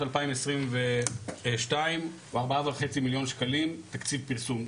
2022 הוא ארבעה וחצי מיליון שקלים תקציב פרסום.